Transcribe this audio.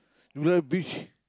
you like beach